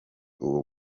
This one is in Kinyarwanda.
uwo